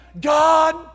God